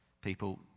people